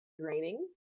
draining